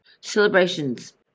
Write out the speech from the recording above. celebrations